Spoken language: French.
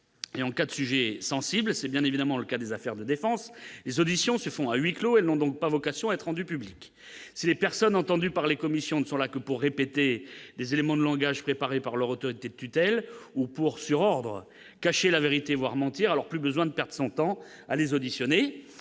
et en cas de sujets sensibles, c'est bien évidemment le cas des affaires de défense les auditions se font à huis clos et n'ont donc pas vocation à être rendus publics ces personnes entendues par les commissions ne sont là que pour répéter les éléments de langage préparé par leur autorité de tutelle ou pour sur ordre caché la vérité, voire mentir alors plus besoin de perde son temps à les auditionner